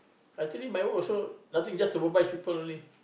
actually my work also nothing just supervise people only